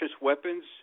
weapons